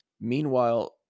Meanwhile